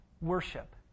worship